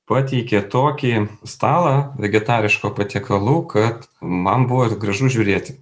pateikė tokį stalą vegetariškų patiekalų kad man buvo gražu žiūrėti